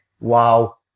Wow